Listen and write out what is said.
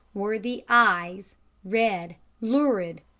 were the eyes red, lurid,